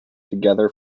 together